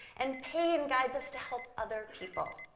and pain guides us to help other people,